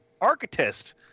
architect